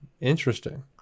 Interesting